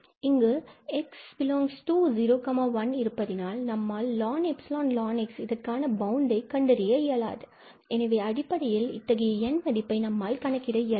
இங்கு 𝑥∈01 இருப்பதினால் நம்மால் ln𝜖ln𝑥 இந்த மதிப்பிற்கான பவுண்டை கண்டறிய இயலாது எனவே அடிப்படையில் இத்தகைய N மதிப்பை நம்மால் கணக்கிட இயலாது